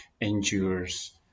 endures